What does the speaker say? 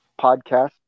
podcast